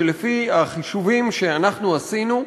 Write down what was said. שלפי החישובים שאנחנו עשינו,